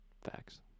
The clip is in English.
Facts